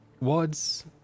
words